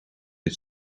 dit